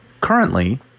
currently